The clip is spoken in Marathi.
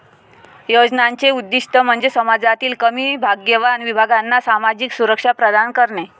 योजनांचे उद्दीष्ट म्हणजे समाजातील कमी भाग्यवान विभागांना सामाजिक सुरक्षा प्रदान करणे